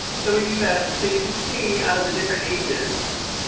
so we do that. and so you can see out of the different ages.